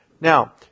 Now